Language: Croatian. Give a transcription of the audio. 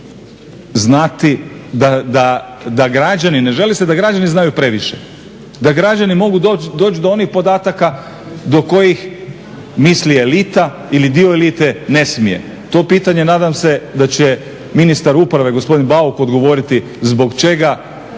znati da građani, ne želi se da građani znaju previše, da građani mogu doći do onih podataka do kojih misli elita ili dio elite ne smije. To pitanje nadam se da će ministar uprave gospodin Bauk odgovoriti zbog čega